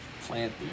plant